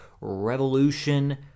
Revolution